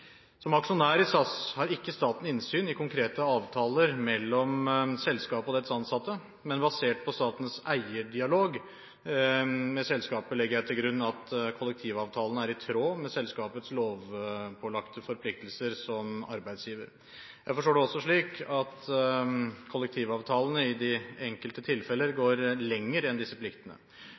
Som aksjonær i SAS har ikke staten innsyn i konkrete avtaler mellom selskapet og dets ansatte, men basert på statens eierdialog med selskapet legger jeg til grunn at kollektivavtalene er i tråd med selskapets lovpålagte forpliktelser som arbeidsgiver. Jeg forstår det også slik at kollektivavtalene i de enkelte tilfeller går lenger enn disse pliktene.